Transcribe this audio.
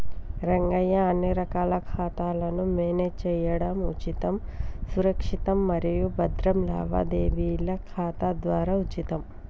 రంగయ్య అన్ని రకాల ఖాతాలను మేనేజ్ చేయడం ఉచితం సురక్షితం మరియు భద్రం లావాదేవీల ఖాతా ద్వారా ఉచితం